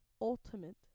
ultimate